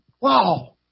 Wow